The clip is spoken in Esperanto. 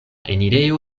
enirejo